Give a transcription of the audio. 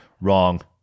wrong